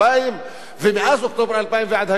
ומאז אוקטובר 2000 ועד היום קרוב ל-35